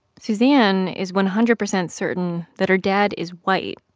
suzanne is one hundred percent certain that her dad is white,